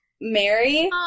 Mary